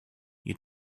you